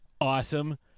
Awesome